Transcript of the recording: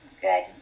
good